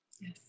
Yes